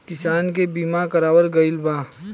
किसान के बीमा करावल गईल बा